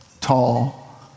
tall